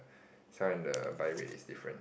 sell in the by rate it's different